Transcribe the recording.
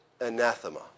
anathema